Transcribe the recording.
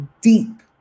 deep